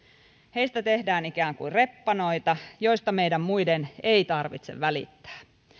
heistä tehdään ikään kuin reppanoita joista meidän muiden ei tarvitse välittää